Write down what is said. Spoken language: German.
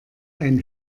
ein